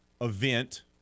event